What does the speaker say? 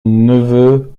neveu